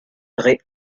rue